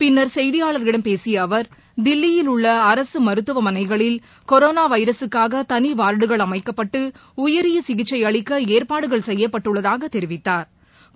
பின்னர் செய்தியாளர்களிடம் பேசிய அவர் தில்லியில் உள்ள அரசு மருத்துவமனைகளில் கொரோனா வைரஸ்க்காக தனி வாா்டுகள் அமைக்கப்பட்டு உயரிய சிகிச்சை அளிக்க ஏற்பாடுகள் செய்யப்பட்டுள்ளதாக தெரிவித்தாா்